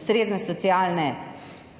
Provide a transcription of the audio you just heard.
ustrezno socialno